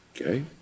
Okay